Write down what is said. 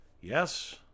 yes